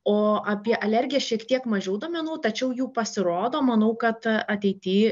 o apie alergiją šiek tiek mažiau duomenų tačiau jų pasirodo manau kad ateity